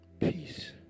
peace